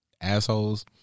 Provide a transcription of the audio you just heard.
assholes